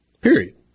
Period